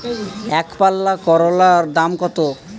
একপাল্লা করলার দাম কত?